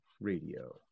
Radio